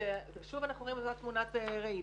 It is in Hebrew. ששוב אנחנו אומרים, זו תמונת הראי.